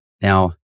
Now